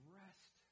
rest